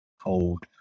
cold